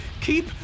Keep